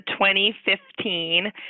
2015